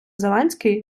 зеленський